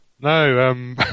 no